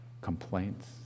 complaints